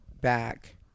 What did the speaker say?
back